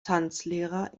tanzlehrer